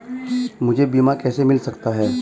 मुझे बीमा कैसे मिल सकता है?